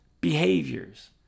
behaviors